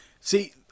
see